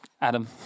Adam